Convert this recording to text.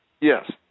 Yes